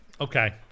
Okay